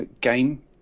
game